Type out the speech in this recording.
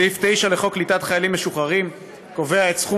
סעיף 9 לחוק קליטת חיילים משוחררים קובע את סכום